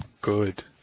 Good